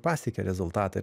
pasiekia rezultatą